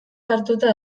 hartuta